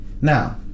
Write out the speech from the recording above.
Now